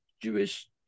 Jewish